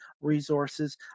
Resources